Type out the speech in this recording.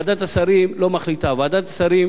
ועדת השרים לא מחליטה, ועדת השרים